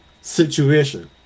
situation